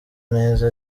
neza